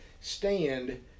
stand